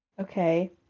Okay